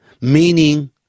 meaning